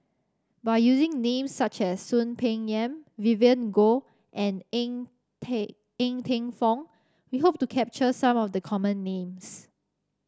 by using names such as Soon Peng Yam Vivien Goh and Ng Ng Teng Fong we hope to capture some of the common names